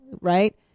right